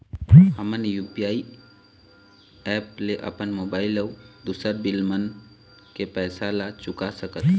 हमन U P I app mobile अऊ दूसर बिल मन के पैसा ला चुका सकथन